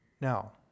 now